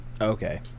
Okay